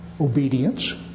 obedience